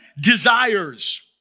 desires